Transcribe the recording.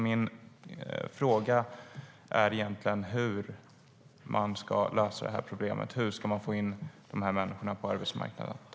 Min fråga är: Hur ska man lösa det här problemet? Hur ska man få in dessa människor på arbetsmarknaden?